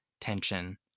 tension